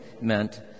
meant